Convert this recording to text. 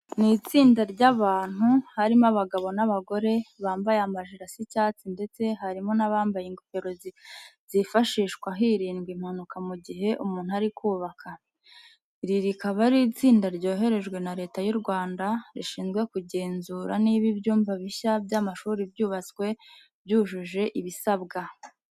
Ni itsinda ry'abantu harimo abagabo n'abagore, bambaye amajire asa icyatsi ndetse harimo n'abambaye ingofero zifashishwa hirindwa impanuka mu gihe umuntu ari kubaka. Iri rikaba ari itsinda ryoherejwe na Leta y'u Rwanda rishinzwe kugenzura niba ibyumba bishya by'amashuri byubatswe byujuje ibisabwa.